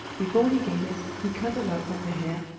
before he gave it he cut a lock from their hair,